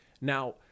Now